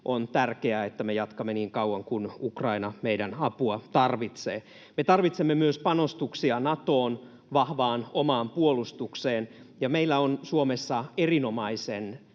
on tärkeää, ja että me jatkamme niin kauan kuin Ukraina meidän apuamme tarvitsee. Me tarvitsemme myös panostuksia Natoon ja vahvaan omaan puolustukseen, ja meillä on Suomessa erinomaisen